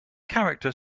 character